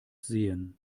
sehen